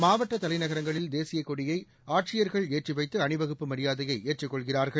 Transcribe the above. மாவட்டத் தலைநகரங்களில் தேசியக் கொடியை ஆட்சியர்கள் ஏற்றி வைத்து அணிவகுப்பு மரியாதையை ஏற்றுக் கொள்கிறார்கள்